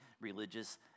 religious